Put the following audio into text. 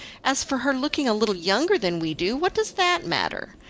as for her looking a little younger than we do, what does that matter?